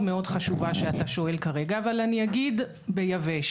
מאוד חשובה שאתה שואל כרגע אבל אני אגיד ביבש.